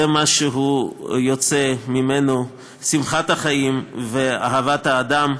זה מה שיוצא ממנו: שמחת החיים ואהבת האדם.